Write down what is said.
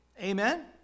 Amen